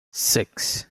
six